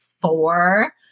four